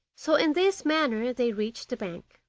so in this manner they reached the bank.